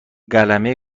قلمه